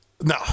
No